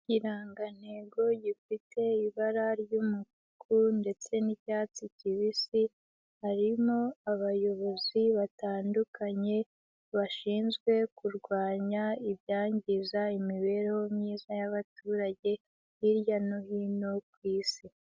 Ikirangantego gifite ibara ry'umutuku ndetse n'icyatsi kibisi. Harimo abayobozi batandukanye bashinzwe kurwanya ibyangiza imibereho myiza y'abaturage hirya no hino ku isi.